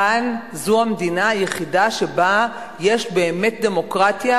כאן זו המדינה היחידה שבה יש באמת דמוקרטיה,